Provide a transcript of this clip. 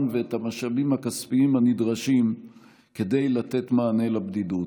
ואת המשאבים הכספיים הנדרשים כדי לתת מענה לבדידות,